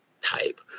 type